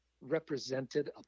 represented